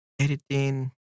Editing